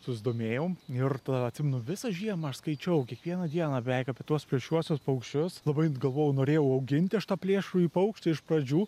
susidomėjau ir tada atsimenu visą žiemą aš skaičiau kiekvieną dieną beveik apie tuos plėšriuosius paukščius labai galvojau norėjau auginti aš tą plėšrųjį paukštį iš pradžių